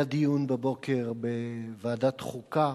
היה דיון בבוקר בוועדת חוקה